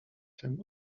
tym